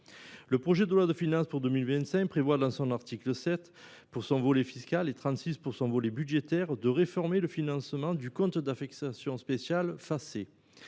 Le projet de loi de finances pour 2025 prévoit, dans son article 7 pour le volet fiscal et dans son article 36 pour le volet budgétaire, de réformer le financement du compte d’affectation spéciale